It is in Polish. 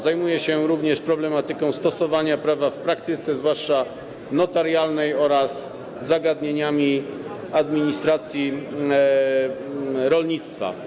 Zajmuje się również problematyką stosowania prawa w praktyce, zwłaszcza notarialnej, oraz zagadnieniami administracji rolnictwa.